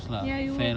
ya you